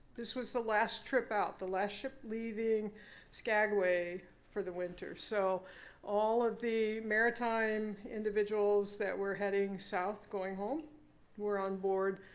this was the last trip out, the last ship leaving skagway for the winter. so all of the maritime individuals that were heading south going home were on board,